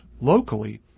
locally